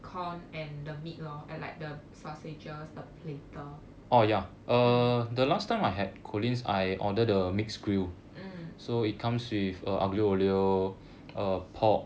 corn and the meat lor and like the sausages the platter mm